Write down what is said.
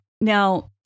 Now